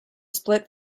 split